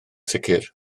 sicr